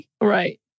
Right